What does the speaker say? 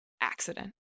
accident